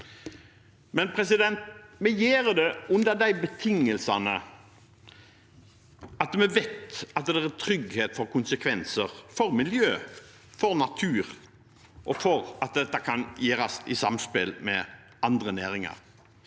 ny teknologi. Vi gjør det under betingelsene om at vi vet at det er trygghet for konsekvenser, for miljø, for natur og for at dette kan gjø res i samspill med andre næringer